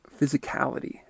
physicality